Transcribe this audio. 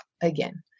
again